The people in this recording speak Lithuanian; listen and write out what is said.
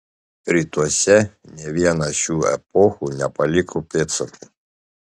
rytuose nė viena šių epochų nepaliko pėdsakų